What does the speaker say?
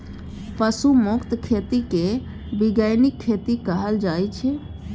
पशु मुक्त खेती केँ बीगेनिक खेती कहल जाइ छै